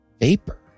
Vapor